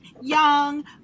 young